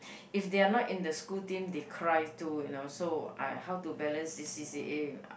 if they are not in the school team they cry too you know so I how to balance the C_C_A